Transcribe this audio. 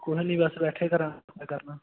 ਕੁਛ ਨਹੀਂ ਬਸ ਬੈਠੇ ਘਰ ਕਿਆ ਕਰਨਾ